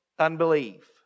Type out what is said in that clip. Unbelief